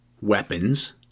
weapons